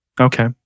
Okay